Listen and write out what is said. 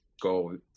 go